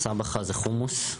מסבחה זה חומוס,